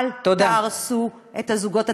אל תהרסו את הזוגות הצעירים,